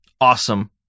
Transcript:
Awesome